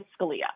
Scalia